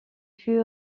fut